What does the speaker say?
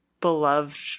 beloved